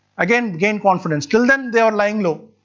again gained confidence. till then they were lying low.